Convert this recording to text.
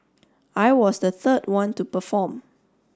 I was the third one to perform